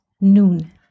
noon